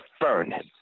furnace